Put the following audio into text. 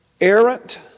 errant